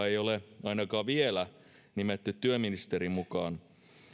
ei ole ainakaan vielä nimetty työministerin mukaan